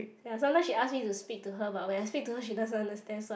ya sometime she ask me to speak to her but when I speak to her she doesn't understand so I